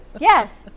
Yes